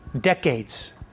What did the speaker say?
decades